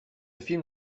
film